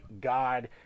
God